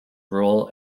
rural